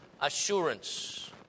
assurance